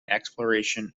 exploration